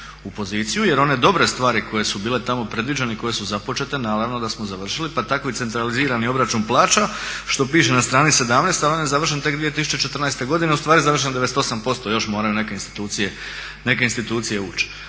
u poziciju jer one dobre stvari koje su bile tamo predviđene i koje su započete, naravno da smo završili, pa tako i centralizirani obračun plaća, što piše na strani 17, a on je završen tek 2014.godine ustvari završen 98% još moraju neke institucije ući.